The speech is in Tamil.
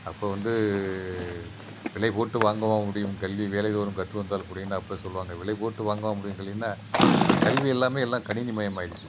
அப்போ வந்து விலை போட்டு வாங்கவா முடியும் கல்வி வேலை வரும் கற்று வந்தால் பிடின்னு அப்போ சொல்வாங்க விலை போட்டு வாங்கவா முடியும் கல்வினா இப்போ கல்வி எல்லாம் எல்லாம் கணினி மயமாகிடுச்சி